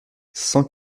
cent